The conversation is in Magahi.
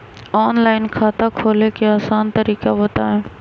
ऑनलाइन खाता खोले के आसान तरीका बताए?